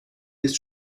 ist